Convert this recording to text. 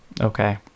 Okay